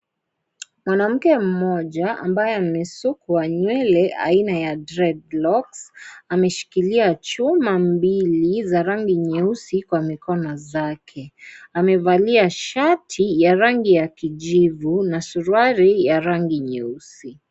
Mwanamke mmoja ambaye amesuka nywele aina ya dreadlocks ameshikilia chuma mbili za rangi nyeusi Kwa mikono zake amevalia shati ya rangi ya kijivu na suruali ya rangi nyeusi.